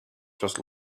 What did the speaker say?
just